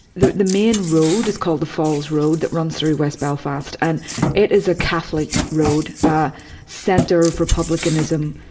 the the main road is called the falls road that runs through west belfast, and it is a catholic road, a center for republicanism.